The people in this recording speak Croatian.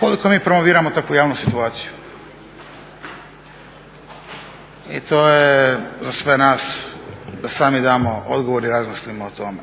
koliko mi promoviramo takvu javnu situaciju. I to je za sve nas da sami damo odgovor i razmislimo o tome.